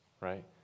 Right